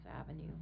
Avenue